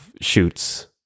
shoots